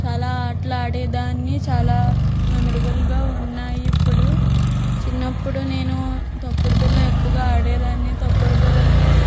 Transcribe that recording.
చాలా ఆటలు ఆడేదాన్ని చాలా మెమెరబుల్గా ఉన్నాయి ఇప్పుడు చిన్నప్పుడు నేను తొక్కుడు బిళ్ళ ఎక్కువగా ఆడేదాన్ని తొక్కుడు బిళ్ళలో